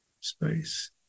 space